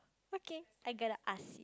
okay I get to ask